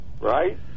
right